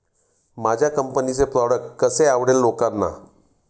माझ्या कंपनीचे प्रॉडक्ट कसे आवडेल लोकांना?